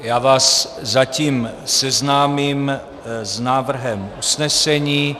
Já vás zatím seznámím s návrhem usnesení.